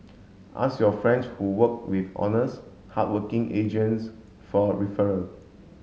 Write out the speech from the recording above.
ask your friends who worked with honest hardworking agents for referral